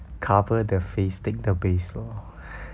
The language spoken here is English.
cover the face take the base lor